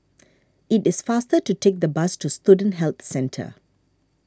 it is faster to take the bus to Student Health Centre